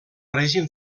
règim